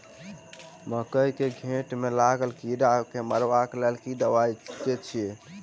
मकई केँ घेँट मे लागल कीड़ा केँ मारबाक लेल केँ दवाई केँ छीटि?